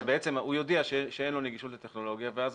אז הוא יודיע שאין לו נגישות לטכנולוגיה ואז